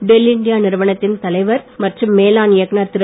del India நிறுவனத்தின் தலைவர் மற்றும் மேலான் இயக்குநர் திரு